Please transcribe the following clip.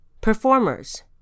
performers